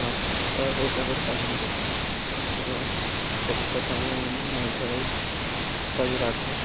মাছ ধরার প্রকল্পটি চালিয়ে রেখেছি এবং ভবিষ্যতে আমিই মাছ ধরাই চালিয়ে রাখবো